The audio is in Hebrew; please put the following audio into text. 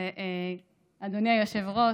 אדוני היושב-ראש,